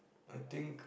I think